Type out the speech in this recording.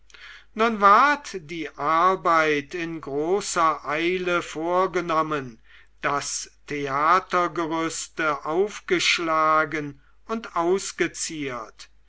nun war die arbeit in großer eile vorgenommen das theatergerüste aufgeschlagen und ausgeziert